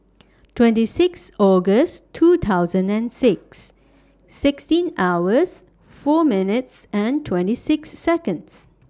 twenty six August two thousand and six sixteen hours four minutes and twenty six Seconds